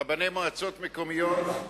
רבני מועצות מקומיות,